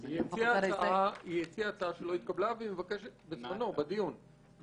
היא הציעה בזמנו הצעה בדיון לא התקבלה.